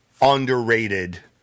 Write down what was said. underrated